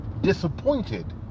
disappointed